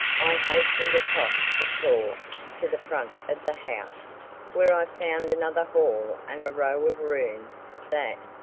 i hastened across the floor to the front of the house where i found another hall and a row of rooms that,